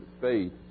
faith